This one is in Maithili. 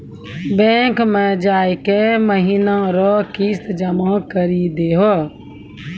बैंक मे जाय के महीना रो किस्त जमा करी दहो